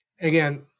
Again